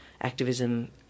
activism